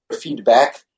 feedback